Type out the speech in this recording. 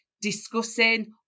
discussing